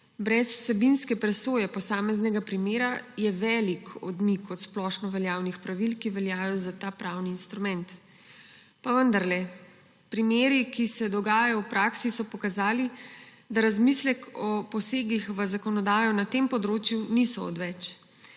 brez vsebinske presoje posameznega primera je velik odmik od splošnoveljavnih pravil, ki veljajo za ta pravni instrument, pa vendarle; primeri, ki se dogajajo v praksi, so pokazali, da razmislek o posegih v zakonodajo na tem področju ni odveč.